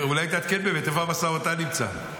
אולי תעדכן באמת איפה המשא ומתן נמצא.